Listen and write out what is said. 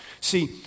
See